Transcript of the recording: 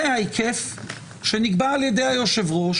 זה ההיקף שנקבע על ידי היושב-ראש